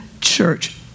church